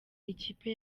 ikipe